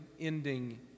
ending